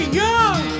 young